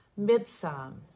Mibsam